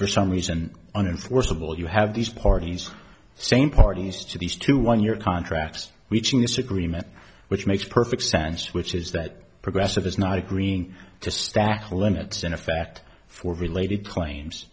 for some reason an influx of all you have these parties same parties to these two one year contracts which in this agreement which makes perfect sense which is that progressive is not agreeing to stack limits in effect for related claims